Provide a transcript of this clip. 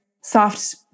soft